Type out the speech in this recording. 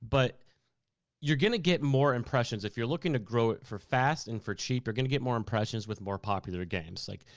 but you're gonna get more impressions, if you're looking to grow it for fast and for cheap, you're gonna get more impressions with more popular games. like,